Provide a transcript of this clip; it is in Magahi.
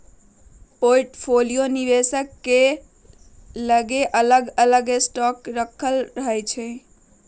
पोर्टफोलियो निवेशक के लगे अलग अलग स्टॉक राखल रहै छइ